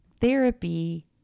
therapy